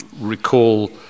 recall